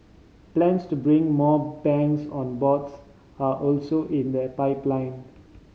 plans to bring more banks on boards are also in the pipeline